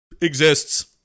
exists